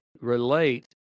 relate